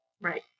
Right